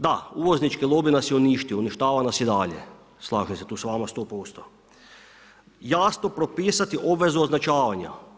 Da, uvoznički lobij nas je uništio, uništava nas i dalje, slažem tu s vama 100%, jasno propisati obvezu označavanja.